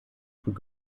und